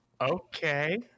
Okay